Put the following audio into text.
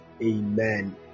Amen